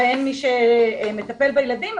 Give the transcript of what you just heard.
ואין מי שמטפל בילדים.